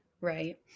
Right